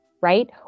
right